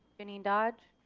janine dodge.